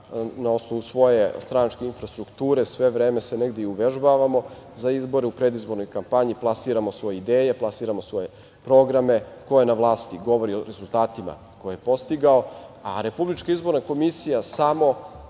na osnovu svoje stranačke infrastrukture, sve vreme se negde i uvežbavamo za izbore, u predizbornoj kampanji plasiramo svoje ideje, plasiramo svoje programe, ko je na vlati, govori o rezultatima koje je postigao, a RIK samo